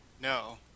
No